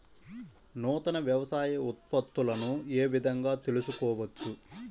నూతన వ్యవసాయ ఉత్పత్తులను ఏ విధంగా తెలుసుకోవచ్చు?